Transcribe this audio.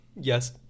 Yes